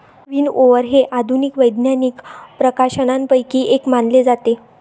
विनओवर हे आधुनिक वैज्ञानिक प्रकाशनांपैकी एक मानले जाते